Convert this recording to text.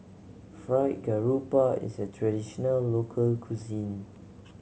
Fried Garoupa is a traditional local cuisine